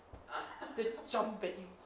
then jump at you